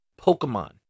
Pokemon